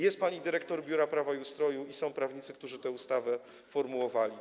Jest pani dyrektor Biura Prawa i Ustroju i są prawnicy, którzy tę ustawę formułowali.